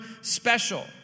special